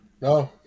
no